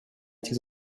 этих